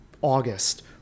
August